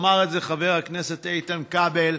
ואמר את זה חבר הכנסת איתן כבל,